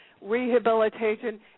rehabilitation